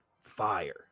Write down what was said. fire